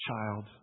child